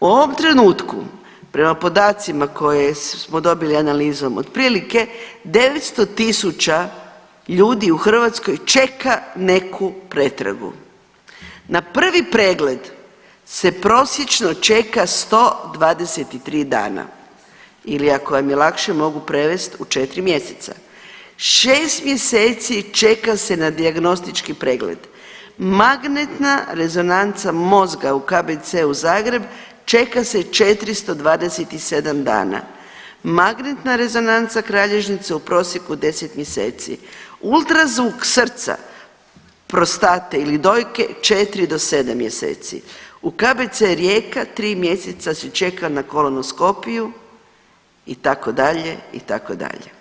U ovom trenutku prema podacima koje smo dobili analizom otprilike 900 tisuća ljudi u Hrvatskoj čeka neku pretragu, na prvi pregled se prosječno čeka 123 dana ili ako vam je lakše mogu prevest u 4 mjeseca, 6 mjeseci čeka se na dijagnostički pregled, magnetna rezonanca mozga u KBC Zagreb čeka se 427 dana, magnetna rezonanca kralježnice u prosjeku 10 mjeseci, ultrazvuk srca, prostate ili dojke 4 do 7 mjeseci, u KBC Rijeka 3 mjeseca se čeka na kolonoskopiju itd., itd.